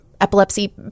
epilepsy